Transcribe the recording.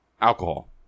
alcohol